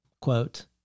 Quote